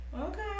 Okay